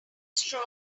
straw